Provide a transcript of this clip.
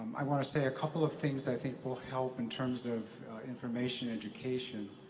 i want to say a couple of things i think will help in terms of information education.